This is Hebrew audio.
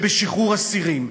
שבשחרור אסירים,